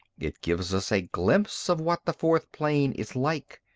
it gives us a glimpse of what the fourth plane is like.